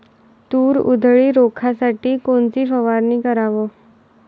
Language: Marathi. तूर उधळी रोखासाठी कोनची फवारनी कराव?